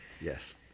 Yes